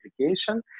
application